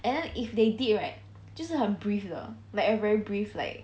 and then if they did right 就是很 brief lah like a very brief like